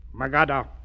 Magada